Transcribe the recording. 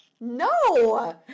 no